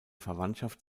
verwandtschaft